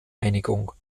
einigung